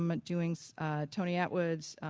um and doing tony atwood's